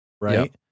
Right